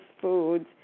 foods